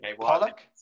Pollock